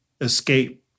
escape